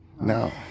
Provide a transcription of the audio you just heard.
No